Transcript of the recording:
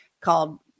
called